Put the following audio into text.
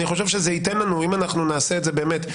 אני חושב שזה ייתן לנו אם אנחנו נעשה את זה באמת,